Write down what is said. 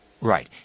Right